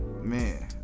Man